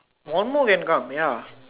one more can come ya